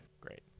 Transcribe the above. Great